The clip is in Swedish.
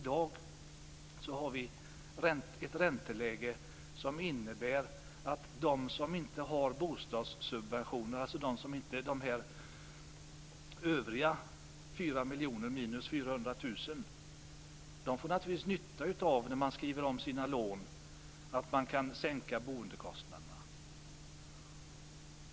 I dag har vi ett ränteläge som innebär att de som inte har bostadssubventioner, de 4 miljoner minus 400 000, får naturligtvis nytta av det när de skriver om sina lån.